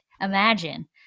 imagine